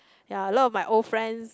ya a lot of my old friends